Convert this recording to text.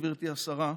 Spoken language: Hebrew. גברתי השרה,